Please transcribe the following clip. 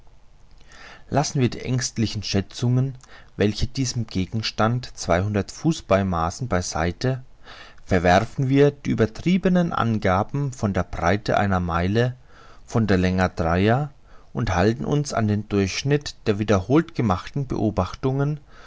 lassen wir die ängstlichen schätzungen welche diesem gegenstand zweihundert fuß beimaßen bei seite verwerfen die übertriebenen angaben von der breite einer meile und der länge dreier und halten uns an das durchschnittliche der wiederholt gemachten beobachtungen